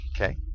Okay